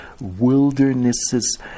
wildernesses